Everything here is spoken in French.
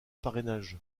parrainage